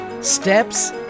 steps